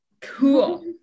Cool